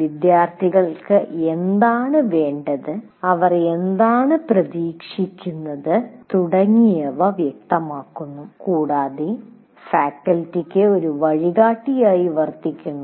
വിദ്യാർത്ഥികൾക്ക് എന്താണ് വേണ്ടത് അവർ എന്താണ് പ്രതീക്ഷിക്കുന്നത് തുടങ്ങിയവ വളരെ വ്യക്തമാക്കുന്നു കൂടാതെ ഫാക്കൽറ്റിക്ക് ഒരു വഴികാട്ടിയായി വർത്തിക്കുന്നു